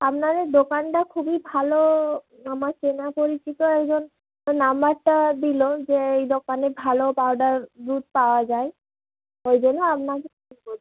আপনাদের দোকানটা খুবই ভালো আমার চেনা পরিচিত একজন নম্বরটা দিলো যে এই দোকানে ভালো পাউডার দুধ পাওয়া যায় ওই জন্য আপনাকে ফোন করছি